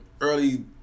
early